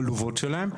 עלובות שלהם,